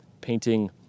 painting